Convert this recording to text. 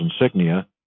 insignia